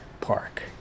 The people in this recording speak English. Park